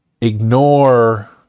ignore